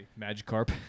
Magikarp